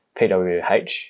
PWH